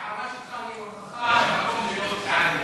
ההערה שלך היא ההוכחה שהמקום שלו בסיעת הליכוד.